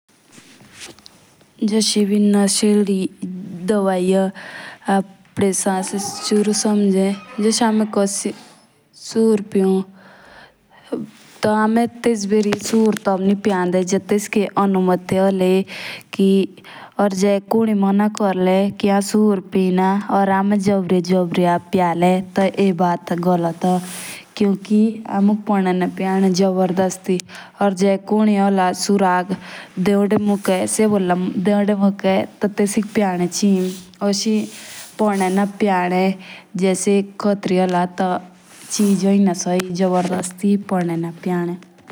जस एभी नसेदी दवाई होई जस हमें कोसी बेरी सुर पियौं। तो हमें तेस बेरी सुर तब नी पियाले जेबी तेस्की अनुमति होली। या जे कुनी मोना कोरेले कि हमे सुन पिय ना या हने जबरिया जबरिया लियाले ये बैट गोल्ट होन। कू हमोक पोडनिना पियानी जदर दस्ती।